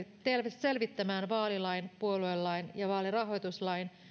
selvittämään vaalilain puoluelain ja vaalirahoituslain